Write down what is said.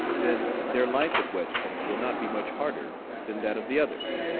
then their life at west point will not be much harder than that of the others.